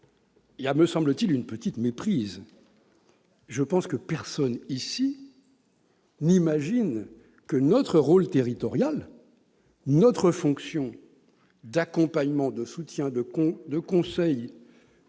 Il y a, me semble-t-il, une petite méprise : personne, ici, n'imagine que notre rôle territorial, que la fonction d'accompagnement, de soutien, de conseil